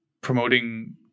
promoting